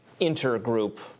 intergroup